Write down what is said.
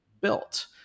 built